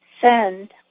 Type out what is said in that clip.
send